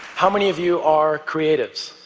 how many of you are creatives,